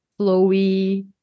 flowy